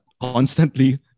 constantly